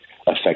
affect